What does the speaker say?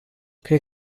cred